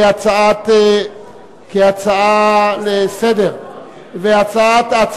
כהצעה לסדר-היום.